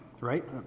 Right